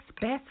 best